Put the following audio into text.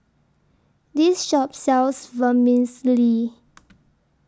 This Shop sells Vermicelli